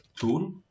tool